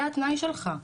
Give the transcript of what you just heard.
זה התנאי שלך'.